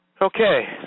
Okay